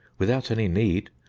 without any need.